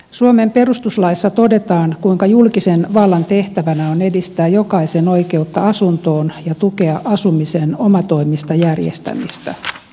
suomen perustuslaissa todetaan kuinka julkisen vallan tehtävänä on edistää jokaisen oikeutta asuntoon ja tukea asumisen omatoimista järjestämistä